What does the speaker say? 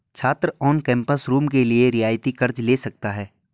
छात्र on campus room के लिए रियायती कर्ज़ ले सकता है